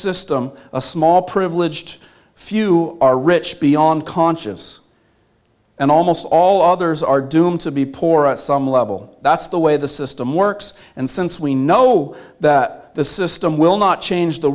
system a small privileged few are rich beyond conscious and almost all others are doomed to be poor us some level that's the way the system works and since we know that the system will not change the